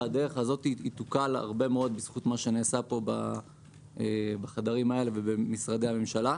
והדרך הזאת תוקל הרבה מאוד בזכות מה שנעשה בחדרים האלה ובמשרדי הממשלה.